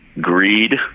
greed